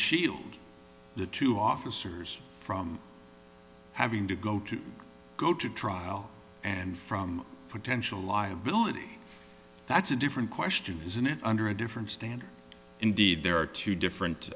shield the two officers from having to go to go to trial and from potential liability that's a different question isn't it under a different standard indeed there are two